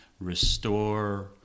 restore